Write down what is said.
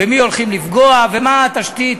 במי הולכים לפגוע ומה התשתית